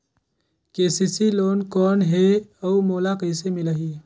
KCC loan कौन हे अउ मोला कइसे मिलही?